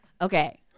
Okay